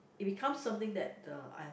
it become something that uh I have